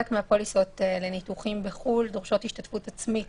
חלק מהפוליסות לניתוחים בחו"ל דורשים השתתפות עצמית